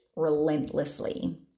relentlessly